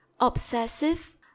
obsessive